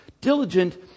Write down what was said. Diligent